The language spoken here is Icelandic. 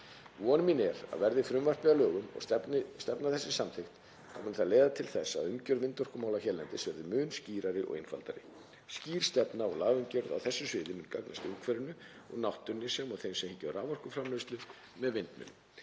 Von mín er að verði frumvarpið að lögum og stefna þessi samþykkt muni það leiða til þess að umgjörð vindorkumála hérlendis verði mun skýrari og einfaldari. Skýr stefna og lagaumgjörð á þessu sviði mun gagnast umhverfinu og náttúrunni sem og þeim sem hyggja á raforkuframleiðslu með vindmyllum.